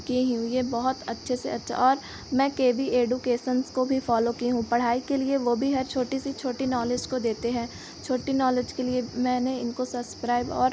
की हूँ यह बहुत अच्छे से अच्छा और मैं के बी एजुकेशन्स को भी फॉलो की हूँ पढ़ाई के लिए वह भी हर छोटी से छोटी नॉलेज़ को देते हैं छोटी नॉलेज़ के लिए मैंने इनको सब्सक्राइब और